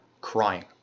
crying